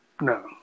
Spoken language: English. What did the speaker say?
No